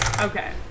Okay